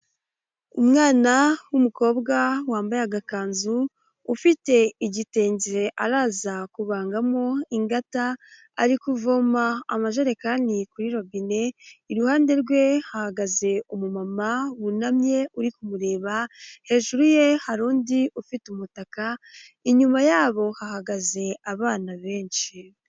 Umwana w'umukobwa wambaye aga kanzu, ufite igitenge araza kubangamo ingata, ari kuvoma amajerekani kuri robine, iruhande rwe hahagaze umu mama wunamye uri kumureba, hejuru ye hari undi ufite umutaka, inyuma yabo hahagaze abana benshi.